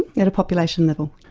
at a population level.